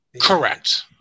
Correct